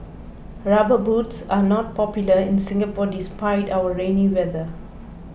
rubber boots are not popular in Singapore despite our rainy weather